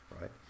right